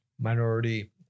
minority